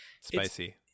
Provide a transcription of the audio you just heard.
Spicy